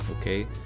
okay